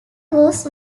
was